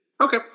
Okay